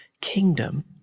kingdom